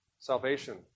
Salvation